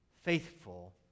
faithful